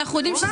האלה.